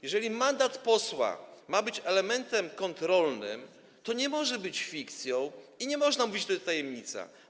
Jeżeli mandat posła ma być elementem kontrolnym, to nie może być fikcją i nie można mówić, że to jest tajemnica.